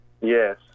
Yes